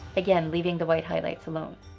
again leaving the white highlights alone.